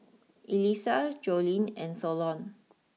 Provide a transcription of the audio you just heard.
Elyssa Joline and Solon